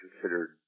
considered